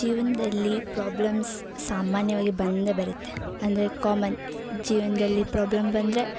ಜೀವನದಲ್ಲಿ ಪ್ರಾಬ್ಲಮ್ಸ್ ಸಾಮಾನ್ಯವಾಗಿ ಬಂದೇ ಬರುತ್ತೆ ಅಂದರೆ ಕಾಮನ್ ಜೀವನದಲ್ಲಿ ಪ್ರಾಬ್ಲಮ್ ಬಂದರೆ